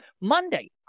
Monday